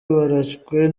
barashwe